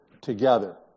together